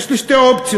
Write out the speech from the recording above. יש לי שתי אופציות.